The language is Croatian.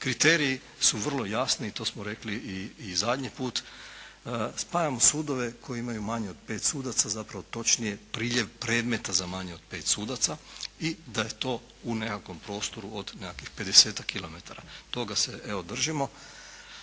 Kriteriji su vrlo jasni i to smo rekli i zadnji puta. Spajamo sudove koji imaju manje od pet sudaca, zapravo točnije priljev predmeta za manje od pet sudaca i da je to u nekakvom prostoru od nekakvih 50-tak kilometara. Toga se evo držimo.